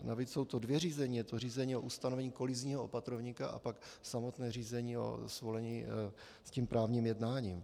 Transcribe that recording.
Navíc jsou to dvě řízení je to řízení o ustanovení kolizního opatrovníka a pak samotné řízení o svolení s tím právním jednáním.